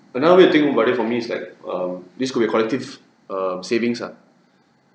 but now we think about it for me is like um this could be a collective um savings lah